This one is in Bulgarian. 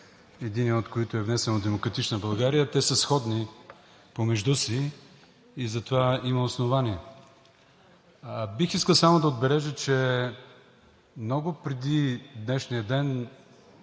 единият от които е внесен от „Демократична България“. Те са сходни помежду си и за това има основание. Бих искал само да отбележа, че много преди днешния ден